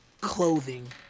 clothing